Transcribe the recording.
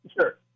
sure